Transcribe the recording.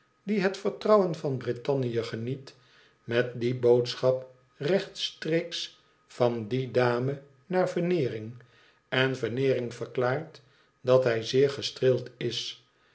die het vertrouwen van britannië geoiet met die boodschap rechtstreeks van die dame naar veneering en veneering verklaart dat hij zeer gestreeld is